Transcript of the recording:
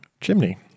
chimney